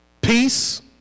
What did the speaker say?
Peace